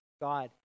God